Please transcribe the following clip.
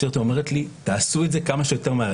היא אומרת לי: תעשו את זה כמה שיותר מהר,